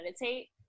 meditate